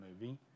movie